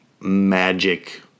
magic